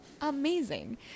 amazing